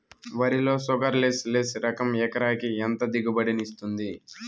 వరి లో sugarless less రకం ఎకరాకి ఎంత దిగుబడినిస్తుంది